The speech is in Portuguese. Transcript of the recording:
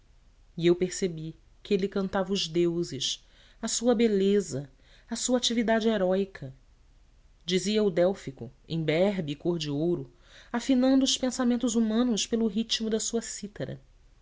e eu percebi que ele cantava os deuses a sua beleza a sua atividade heróica dizia o délfico imberbe e cor de ouro afinando os pensamentos humanos pelo ritmo da sua citara